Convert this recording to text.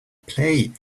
play